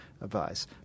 advice